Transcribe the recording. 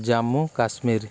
Jammu Kashmir